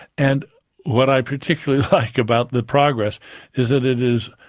and what i particularly like about the progress is that it is,